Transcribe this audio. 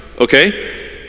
okay